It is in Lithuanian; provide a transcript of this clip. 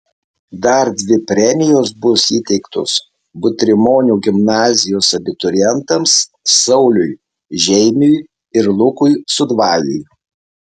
dar dvi premijos bus įteiktos butrimonių gimnazijos abiturientams sauliui žeimiui ir lukui sudvajui